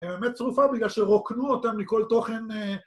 ‫היא באמת צרופה בגלל שרוקנו אותה ‫מכל תוכן...